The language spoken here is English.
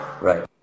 right